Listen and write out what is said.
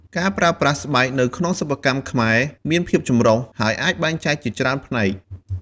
ការប្រើប្រាស់ស្បែកនៅក្នុងសិប្បកម្មខ្មែរមានភាពចម្រុះ ហើយអាចបែងចែកជាច្រើនផ្នែក។